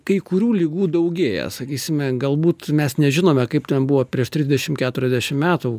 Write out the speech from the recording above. kai kurių ligų daugėja sakysime galbūt mes nežinome kaip ten buvo prieš trisdešim keturiasdešim metų